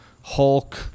Hulk